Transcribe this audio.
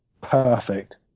perfect